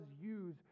use